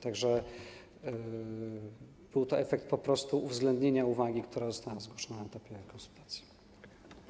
Tak że był to efekt po prostu uwzględnienia uwagi, która została zgłoszona na etapie konsultacji.